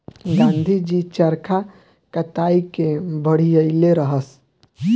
गाँधी जी चरखा कताई के बढ़इले रहस